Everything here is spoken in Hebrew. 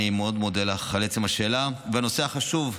אני מאוד מודה לך על השאלה בנושא החשוב.